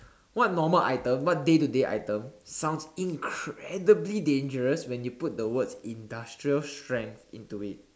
what normal items what day to day item sounds incredibly dangerous when you put the words industrial strength into it